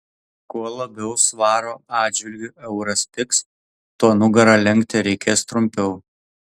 kuo labiau svaro atžvilgiu euras pigs tuo nugarą lenkti reikės trumpiau